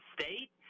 State